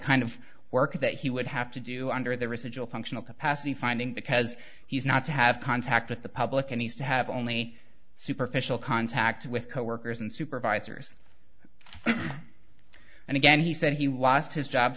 kind of work that he would have to do under the residual functional capacity finding because he's not to have contact with the public and he's to have only superficial contact with coworkers and supervisors and again he said he watched his job